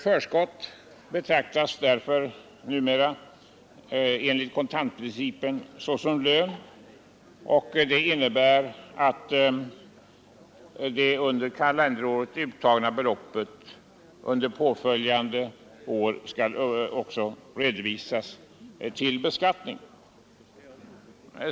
Förskott betraktas därför numera enligt kontantprincipen såsom lön, och det innebär att det under kalenderåret uttagna beloppet under påföljande år också skall redovisas till beskattning.